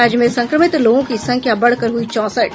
राज्य में संक्रमित लोगों की संख्या बढ़कर हुई चौंसठ